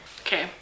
Okay